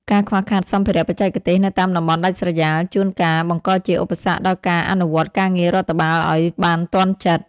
ការខ្វះខាតសម្ភារៈបច្ចេកទេសនៅតាមតំបន់ដាច់ស្រយាល ជួនកាលបង្កជាឧបសគ្គដល់ការអនុវត្តការងាររដ្ឋបាលឱ្យបានទាន់ចិត្ត។